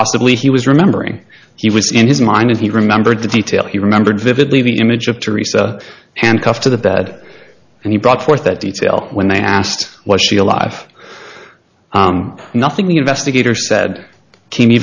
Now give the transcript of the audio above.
possibly he was remembering he was in his mind if he remembered the detail he remembered vividly the image of teresa handcuffed to the bed and he brought forth that detail when they asked was she alive nothing investigator said